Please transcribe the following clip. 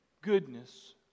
goodness